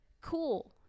cool